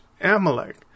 Amalek